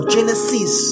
Genesis